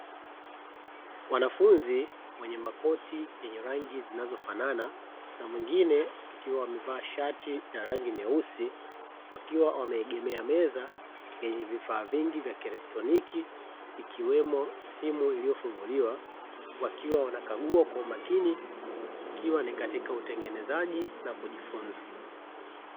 Wanafunzi wenye makoti yenye rangi zinazofanana na mwingine wakiwa wamevaa shati la rangi nyeusi, wakiwa wameegemea meza yenye vifaa vingi vya kielektroniki ikiwemo simu iliyofunguliwa wakiwa wanakagua kwa umakini ikiwa ni katika utengenezaji na kujifunza.